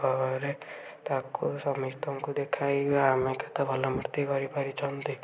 ପରେ ତାକୁ ସମିସ୍ତଙ୍କୁ ଦେଖାଇବା ଆମେ କେତେ ଭଲ ମୂର୍ତ୍ତି କରି ପାରିଛନ୍ତି